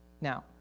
Now